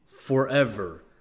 forever